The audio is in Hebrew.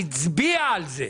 היא הצביעה על זה.